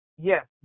Yes